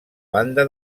banda